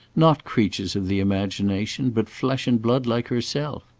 not creatures of the imagination, but flesh and blood, like herself?